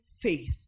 faith